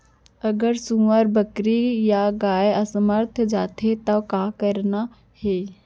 अगर सुअर, बकरी या गाय असमर्थ जाथे ता का करना हे?